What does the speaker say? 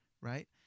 right